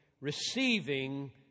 receiving